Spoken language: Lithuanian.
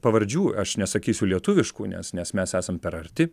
pavardžių aš nesakysiu lietuviškų nes nes mes esam per arti